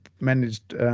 managed –